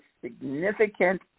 significant